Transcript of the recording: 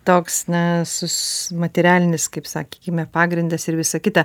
toks na su materialinis kaip sakykime pagrindas ir visa kita